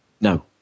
No